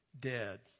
dead